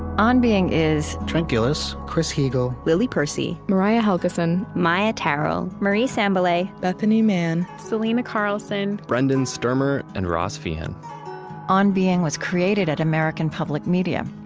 on being is trent gilliss, chris heagle, lily percy, mariah helgeson, maia tarrell, marie sambilay, bethanie mann, selena carlson, brendan stermer, and ross feehan on being was created at american public media.